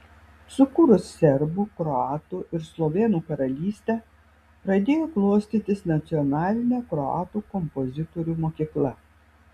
sukūrus serbų kroatų ir slovėnų karalystę pradėjo klostytis nacionalinė kroatų kompozitorių mokykla